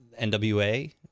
NWA